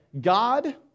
God